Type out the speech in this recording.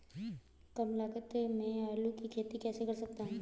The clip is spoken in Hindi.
कम लागत में आलू की खेती कैसे कर सकता हूँ?